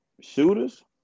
Shooters